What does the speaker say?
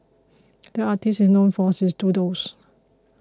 the artist is known for his doodles